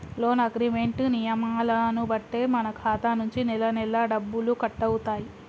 loan agreement నియమాలను బట్టే మన ఖాతా నుంచి నెలనెలా డబ్బులు కట్టవుతాయి